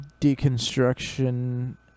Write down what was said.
deconstruction